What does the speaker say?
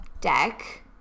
deck